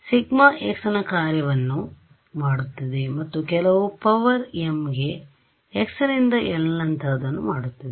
sigma x ನ ಕಾರ್ಯವನ್ನು ಮಾಡುತ್ತದೆ ಮತ್ತು ಕೆಲವು ಪವರ್ m ಗೆ x ನಿಂದ L ನಂತಹದನ್ನು ಮಾಡುತ್ತದೆ